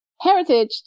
Heritage